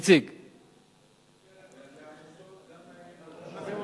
לעמותות גם לימין וגם